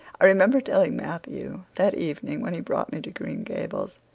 i remember telling matthew, that evening when he brought me to green gables,